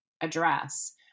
address